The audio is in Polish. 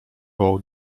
wołał